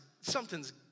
something's